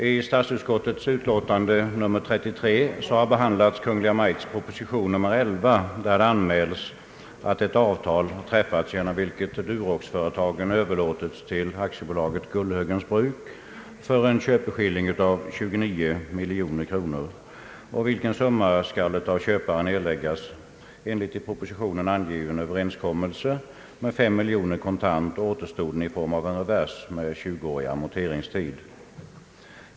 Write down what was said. I statsutskottets utlåtande nr 33 har behandlats Kungl. Maj:ts proposition nr 11, i vilken anmälts att ett avtal har träffats genom vilket Duroxföretagen överlåtits till AB Gullhögens Bruk för en köpeskilling av 29 miljoner kronor, vilken summa av köparen skall erläggas enligt i propositionen angiven överenskommelse med 5 miljoner kontant och återstoden i form av en revers med tjuguårig amorteringstid.